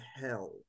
hell